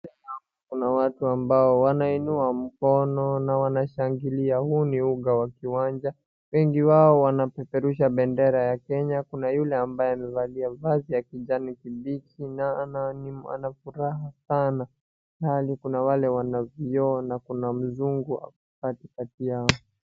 Mbele yangu kuna watu ambao wanainua mkono na wanashangilia huu ni uga wa kiwanja wengi wao wanapeperusha bendera ya kenya na kuna yule ambaye amevalia vazi ya kijani kibichi na anafuraha sana ilhali kuna wale wanaviona kuna mzungu katikati yao.